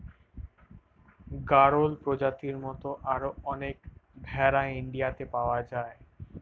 গাড়ল প্রজাতির মত আরো অনেক ভেড়া ইন্ডিয়াতে পাওয়া যায়